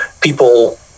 People